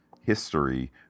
history